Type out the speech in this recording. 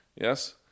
Yes